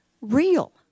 real